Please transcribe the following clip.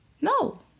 No